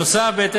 נוסף על כך,